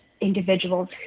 individuals